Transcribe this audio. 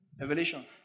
revelation